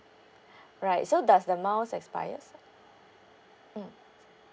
right so does the miles expires mm